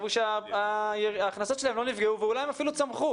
הוא שההכנסות שלהם לא נפגעו ואולי הן אפילו צמחו.